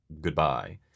goodbye